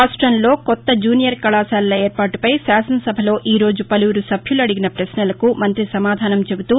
రాష్ట్రంలో కొత్త జూనియర్ కళాశాలల ఏర్పాటుపై శాసన సభలో ఈ రోజు పలువురు సభ్యులు అడిగిన పశ్నలకు మంత్రి సమాధానం చెబుతూ